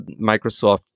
Microsoft